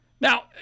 Now